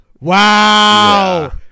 wow